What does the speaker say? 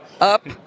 up